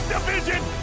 Division